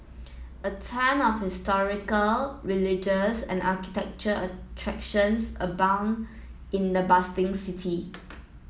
a ton of historical religious and architectural attractions abound in the bustling city